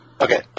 Okay